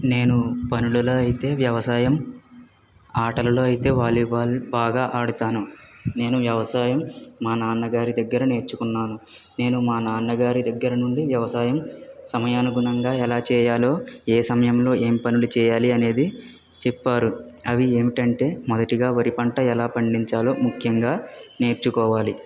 నేను పనులలో అయితే వ్యవసాయం ఆటలలో అయితే వాలీబాల్ బాగా ఆడతాను నేను వ్యవసాయం మా నాన్నగారి దగ్గర నేర్చుకున్నాను నేను మా నాన్నగారి దగ్గర నుండి వ్యవసాయం సమయానుగుణంగా ఎలా చేయాలో ఏ సమయంలో ఏం పనులు చేయాలి అనేది చెప్పారు అవి ఏమిటంటే మొదటిగా వరి పంట ఎలా పండించాలో ముఖ్యంగా నేర్చుకోవాలి